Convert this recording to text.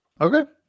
Okay